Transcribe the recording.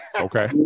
Okay